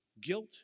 Guilt